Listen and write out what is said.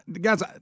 guys